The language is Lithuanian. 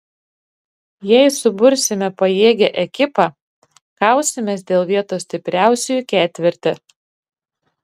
jei subursime pajėgią ekipą kausimės dėl vietos stipriausiųjų ketverte